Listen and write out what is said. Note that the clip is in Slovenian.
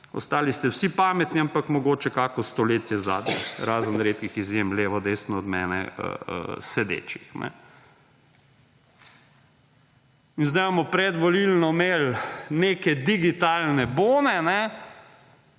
Ostali ste vsi pametni, ampak mogoče kakšno stoletje zadaj, razen redkih izjem levo, desno od mene sedečih. In zdaj imamo predvolilno imeli neke digitalne bone,